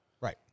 Right